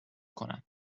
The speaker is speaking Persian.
کنم